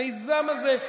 המיזם הזה,